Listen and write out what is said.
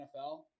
NFL